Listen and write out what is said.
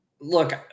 look